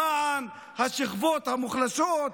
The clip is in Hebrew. למען השכבות המוחלשות,